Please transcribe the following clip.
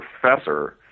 professor